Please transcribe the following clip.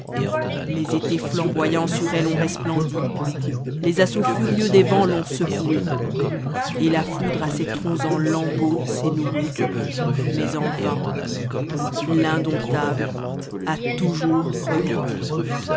les étés flamboyants sur elle ont resplendi les assauts furieux dès vents l'ont secouée et la foudre à ses troncs en lambeaux s'est nouée mais en vain l'indomptable a toujours reverdi